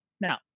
Now